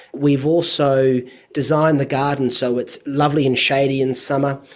we've also designed the garden so it's lovely and shady in summer.